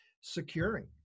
securing